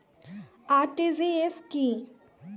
RTGS কি?